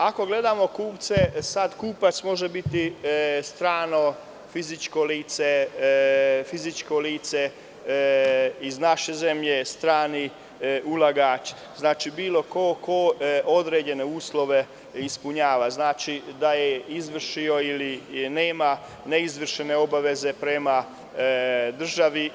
Ako gledamo kupce, sada kupac može biti strano fizičko lice, iz naše zemlje strani ulagač, bilo ko ko određene uslove ispunjava, znači da je izvršio ili nema neizvršenih obaveza prema državi.